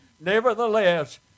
Nevertheless